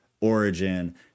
origin